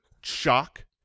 shock